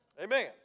Amen